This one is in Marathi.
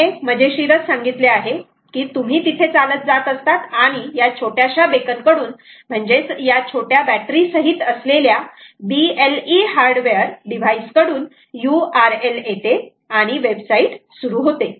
मी हे मजेशीरच सांगितले आहे की तुम्ही तिथे चालत जात असतात आणि या छोट्याशा बेकन कडून म्हणजेच या छोट्या बॅटरी सहित असलेल्या BLE हार्डवेअर डिवाइस कडून यु आर एल येते आणि वेबसाईट सुरु होते